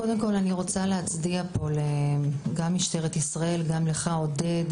קודם כול אני רוצה להצדיע פה למשטרת ישראל ולך עודד,